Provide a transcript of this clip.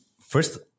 first